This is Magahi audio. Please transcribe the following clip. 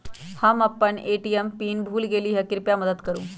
हम अपन ए.टी.एम पीन भूल गेली ह, कृपया मदत करू